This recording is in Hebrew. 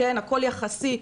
הכול יחסי,